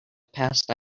passed